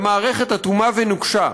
במערכת אטומה ונוקשה.